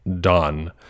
done